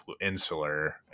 insular